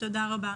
תודה רבה.